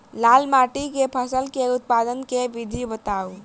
लाल माटि मे फसल केँ उत्पादन केँ विधि बताऊ?